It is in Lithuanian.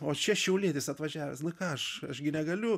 o čia šiaulietis atvažiavęs na ką aš aš gi negaliu